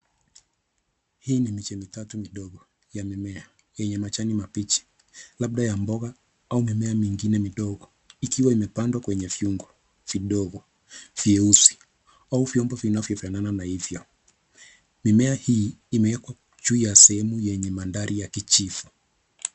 Hii ni miche mitatu midogo ya mimea yenye majani mabichi, labda ya mboga au mimea mingine midogo ikiwa imepangwa kwenye vyungu vidogo vyeusi, au vyombo vinavyofanana na hivyo. Mimea hii imewekwa juu ya sehemu yenye mandhari ya kijivu.